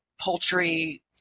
poultry